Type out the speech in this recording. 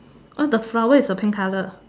the flower is the pink colour